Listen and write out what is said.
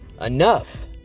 Enough